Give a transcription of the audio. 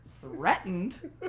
threatened